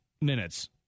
minutes